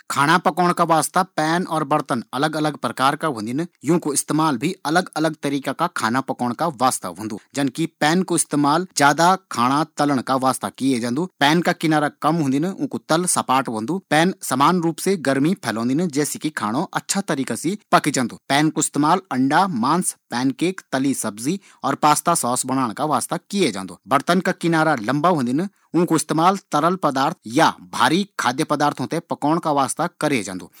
खाना पकोंण का वास्ता पैन और बर्तन अलग अलग प्रकार का होदिन यु कु इस्तेमाल भी अलग लग खाना बणोंण का वास्ता होन्दु जन कि पैन कु इस्तेमाल ज्यादा खाना तलन का वास्ता होन्दु पैन का किनारा कम होदिन उ चौड़ा होदिन दूसरी तरफ बर्तन का निरा लम्बा होदिन और ये भोजन धीरे धीरे पक्काये जांदु ज्यादा मात्र मा पकाये जांदु ये मा मांस चावल दाल अन्य चीज बनाये जादिन